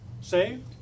Saved